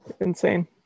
insane